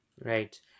Right